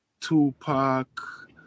Tupac